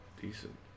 Decent